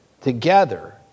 together